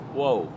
whoa